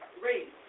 Read